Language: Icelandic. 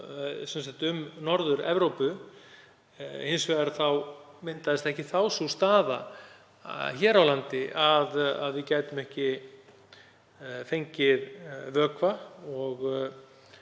um Norður-Evrópu. Hins vegar myndaðist þá ekki sú staða hér á landi að við gætum ekki fengið vökva og